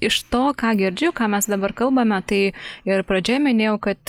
iš to ką girdžiu ką mes dabar kalbame tai ir pradžioje minėjau kad